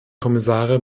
kommissare